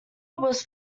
was